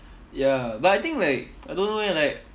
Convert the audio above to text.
ya but I think like I don't know eh like